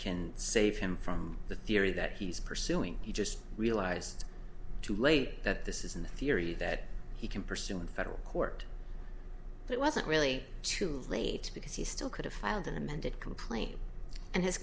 can save him from the theory that he's pursuing he just realized too late that this is in the theory that he can pursue in federal court it wasn't really too late because he still could have filed an amended complaint and his